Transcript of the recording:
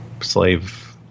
slave